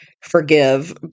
forgive